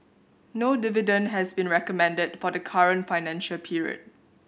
no dividend has been recommended for the current financial period